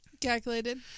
Calculated